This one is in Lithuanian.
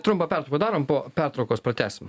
trumpą pertrauką padarom po pertraukos pratęsim